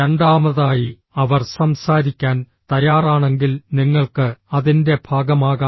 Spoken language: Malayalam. രണ്ടാമതായി അവർ സംസാരിക്കാൻ തയ്യാറാണെങ്കിൽ നിങ്ങൾക്ക് അതിൻ്റെ ഭാഗമാകാം